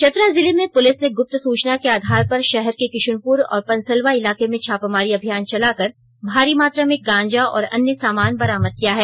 चतरा जिले में पुलिस ने गुप्त सूचना के आधार पर शहर के किश्नपुर और पनसलवा इलाके में छापामारी अभियान चलाकर भारी मोत्रा में गांजा और अन्य सामान बरामद किया है